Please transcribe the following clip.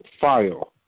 file